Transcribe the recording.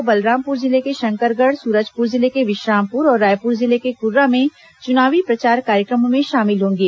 वहीं को बलरामपुर जिले के शंकरगढ़ सूरजपुर जिले के विश्रामपुर और रायपुर जिले के कुर्रा में चुनावी प्रचार कार्यक्रमों में शामिल होंगे